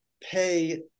pay